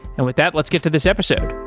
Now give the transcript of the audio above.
and with that, let's get to this episode.